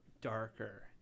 darker